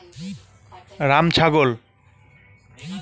যে ছাগল গুলাকে ম্যালা কারণে লোক পুষে বাড়িতে